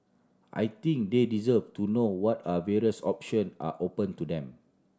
I think they deserve to know what are various option are open to them